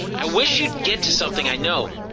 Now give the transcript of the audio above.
i wish you'd get to something i know.